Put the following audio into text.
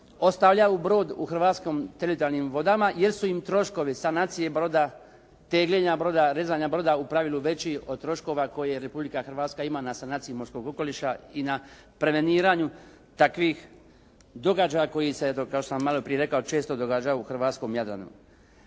ostavljaju brod u hrvatskim teritorijalnim vodama jer su im troškovi sanacije broda, tegljenja broda, rezanja broda u pravilu veći od troškova koje Republika Hrvatska ima na sanaciji morskog okoliša i na preveniranju takvih događaja koji se kao što sam malo prije rekao često događaju u hrvatskom Jadranu.